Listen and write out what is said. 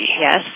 Yes